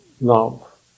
love